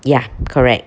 ya correct